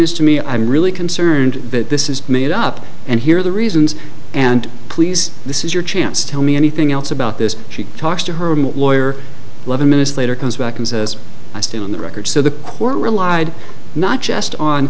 this to me i'm really concerned that this is made up and here are the reasons and please this is your chance tell me anything else about this she talks to her lawyer eleven minutes later comes back and says i stay on the record so the court relied not just on